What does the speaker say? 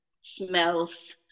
smells